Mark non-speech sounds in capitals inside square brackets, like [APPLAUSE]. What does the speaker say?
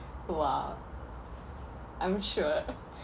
!wow! I'm sure [LAUGHS]